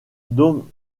don